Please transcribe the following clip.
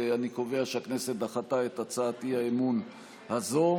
אני קובע שהכנסת דחתה את הצעת האי-אמון הזו.